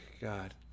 God